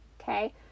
okay